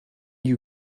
you